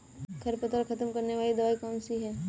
खरपतवार खत्म करने वाली दवाई कौन सी है?